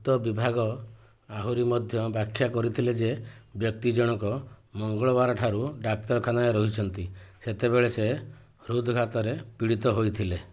ଉକ୍ତ ବିଭାଗ ଆହୁରି ମଧ୍ୟ ବ୍ୟାଖ୍ୟା କରିଥିଲା ଯେ ବ୍ୟକ୍ତି ଜଣକ ମଙ୍ଗଳବାର ଠାରୁ ଡାକ୍ତରଖାନାରେ ରହିଛନ୍ତି ଯେତେବେଳେ ସେ ହୃଦ୍ଘାତରେ ପୀଡ଼ିତ ହେଇଥିଲେ